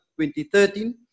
2013